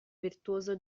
virtuoso